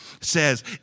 says